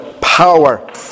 Power